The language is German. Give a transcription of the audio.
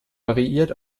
variiert